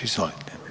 Izvolite.